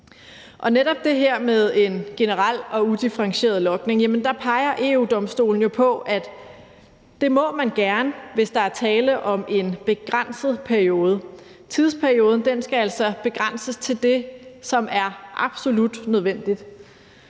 til det her med en generel og udifferentieret logning peger EU-Domstolen på, at det må man gerne, hvis der er tale om en begrænset periode. Tidsperioden skal altså begrænses til det, som er absolut nødvendigt,